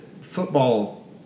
football